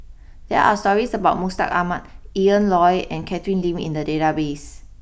there are stories about Mustaq Ahmad Ian Loy and Catherine Lim in the database